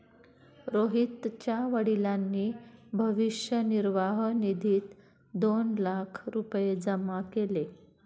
रोहितच्या वडिलांनी भविष्य निर्वाह निधीत दोन लाख रुपये जमा केले